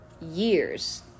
years